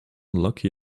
lucky